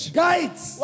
guides